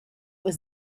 was